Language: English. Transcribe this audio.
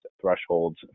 thresholds